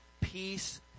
peace